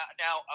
Now